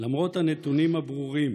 למרות הנתונים הברורים